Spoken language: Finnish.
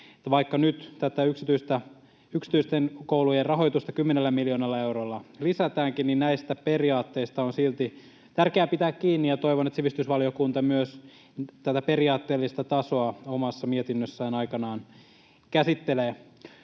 vaikka nyt tätä yksityisten koulujen rahoitusta kymmenellä miljoonalla eurolla lisätäänkin, niin näistä periaatteista on silti tärkeää pitää kiinni, ja toivon, että sivistysvaliokunta myös tätä periaatteellista tasoa omassa mietinnössään aikanaan käsittelee.